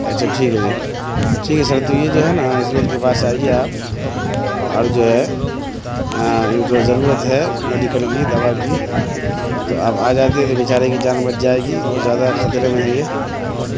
اچھا ٹھیک ہے جی ٹھیک ہے سر تو یہ جو ہے نا اس روڈ کے پاس آئیے آپ اور جو ہے ان کو ضرورت ہے میڈیکل کی دوا کی تو آپ آ جاتے تو بچارے کی جان بچ جائے گی بہت زیادہ خطرے میں ہے یہ